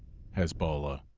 hezbollah,